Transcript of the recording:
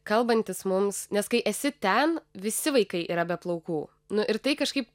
kalbantis mums nes kai esi ten visi vaikai yra be plaukų nu ir tai kažkaip